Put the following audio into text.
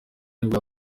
nibwo